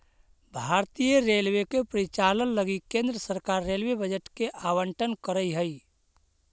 भारतीय रेलवे के परिचालन लगी केंद्र सरकार रेलवे बजट के आवंटन करऽ हई